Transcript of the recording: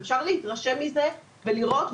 אפשר להתרשם מזה ולראות,